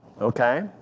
Okay